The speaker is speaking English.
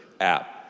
app